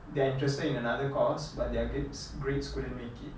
they are interested in another course but their grades grades couldn't make it